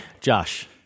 Josh